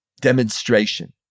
demonstration